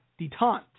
detente